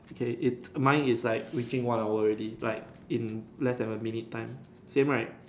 okay if mine is like reaching one hour already like in less than a minute time same right